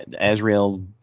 Azrael